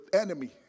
enemy